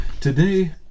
Today